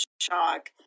shock